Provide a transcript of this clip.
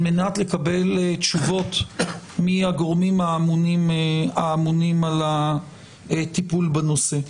על מנת לקבל תשובות מהגורמים האמונים על הטיפול בנושא.